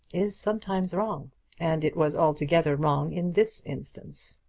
is sometimes wrong and it was altogether wrong in this instance.